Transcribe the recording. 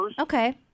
Okay